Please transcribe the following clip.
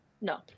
no